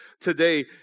today